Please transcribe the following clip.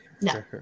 No